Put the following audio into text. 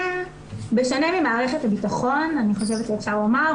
בשונה ממערכת הביטחון אני חושבת שאפשר לומר,